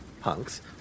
punks